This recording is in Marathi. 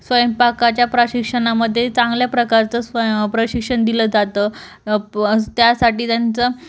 स्वयंपाकाच्या प्रशिक्षणामध्ये चांगल्या प्रकारचं स्वय प्रशिक्षण दिलं जातं प त्यासाठी त्यांचं